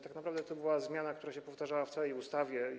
Tak naprawdę to była zmiana, która powtarzała się w całej ustawie.